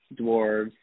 dwarves